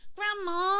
Grandma